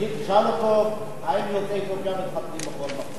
תשאל אותו אם אתיופים יכולים להתחתן בכל מקום.